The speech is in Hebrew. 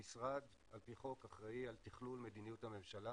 המשרד על פי חוק אחראי על תכלול מדיניות הממשלה